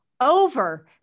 over